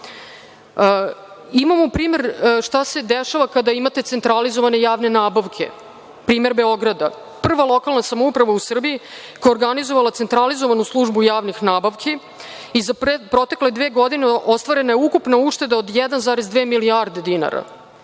važno. Imamo primer šta se dešava kada imate centralizovane javne nabavke, primer Beograda. To je prva lokalna samouprava u Srbiji koja je organizovala centralizovanu službu javnih nabavki i za protekle dve godine ostvarena je ukupna ušteda od 1,2 milijarde dinara